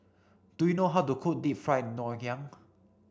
do you know how to cook Deep Fried Ngoh Hiang